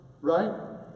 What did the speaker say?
right